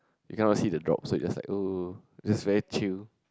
you cannot see the drop so you just like oh it's very chill